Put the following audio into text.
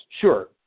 Sure